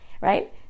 Right